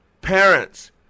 Parents